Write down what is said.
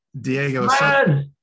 Diego